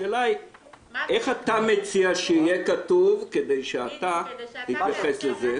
השאלה היא איך אתה מציע שיהיה כתוב כדי שאתה תתייחס לזה.